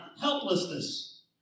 helplessness